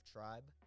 Tribe